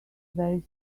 very